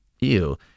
ew